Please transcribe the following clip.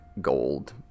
gold